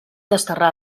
desterrar